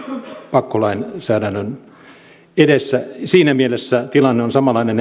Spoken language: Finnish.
pakkolainsäädännön edessä siinä mielessä tilanne on samanlainen